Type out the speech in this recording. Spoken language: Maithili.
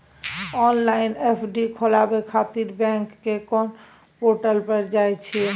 ऑनलाइन एफ.डी खोलाबय खातिर बैंक के कोन पोर्टल पर होए छै?